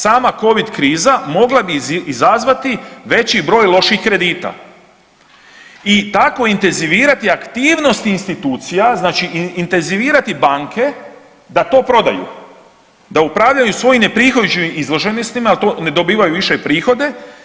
Sama covid kriza mogla bi izazvati veći broj loših kredita i tako intenzivirati aktivnosti institucija, znači intenzivirati banke da to prodaju, da upravljaju svoj neprihodujući izloženostima, jer ne dobivaju više prihode.